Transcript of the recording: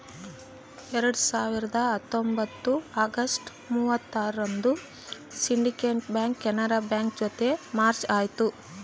ಎರಡ್ ಸಾವಿರದ ಹತ್ತೊಂಬತ್ತು ಅಗಸ್ಟ್ ಮೂವತ್ತರಂದು ಸಿಂಡಿಕೇಟ್ ಬ್ಯಾಂಕ್ ಕೆನರಾ ಬ್ಯಾಂಕ್ ಜೊತೆ ಮರ್ಜ್ ಆಯ್ತು